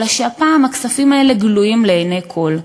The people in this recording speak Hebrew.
אלא שהפעם הכספים האלה גלויים לעיני כול.